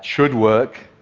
should work,